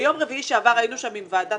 ביום רביעי שעבר היינו שם עם ועדת